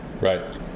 Right